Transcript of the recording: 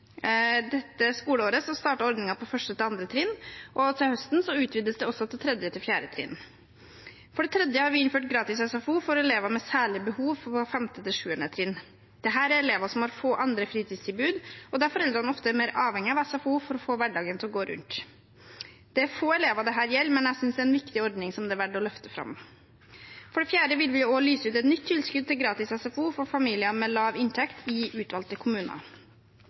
Dette skoleåret startet ordningen på 1.–2. trinn, og til høsten utvides det også for 3.–4. trinn. For det tredje har vi innført gratis SFO for elever med særlige behov på 5.–7. trinn. Dette er elever som har få andre fritidstilbud, og der foreldrene ofte er mer avhengig av SFO for å få hverdagen til å gå rundt. Det er få elever dette gjelder, men jeg synes det er en viktig ordning som det er verdt å løfte fram. For det fjerde vil vi lyse ut et nytt tilskudd til gratis SFO for familier med lav inntekt i utvalgte kommuner.